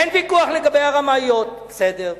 אין ויכוח לגבי הרמאיות, בסדר.